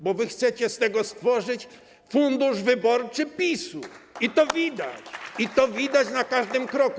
Bo wy chcecie z tego stworzyć fundusz wyborczy PiS-u i to widać, to widać na każdym kroku.